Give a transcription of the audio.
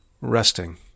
resting